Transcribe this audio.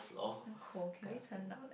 I'm cold can we turn down